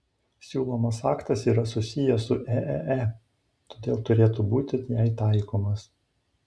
siūlomas aktas yra susijęs su eee todėl turėtų būti jai taikomas